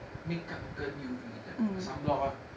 makeup 跟 U_V lamp sunblock ah